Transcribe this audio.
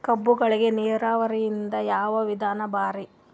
ಕಬ್ಬುಗಳಿಗಿ ನೀರಾವರಿದ ಯಾವ ವಿಧಾನ ಭಾರಿ?